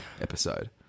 episode